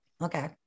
Okay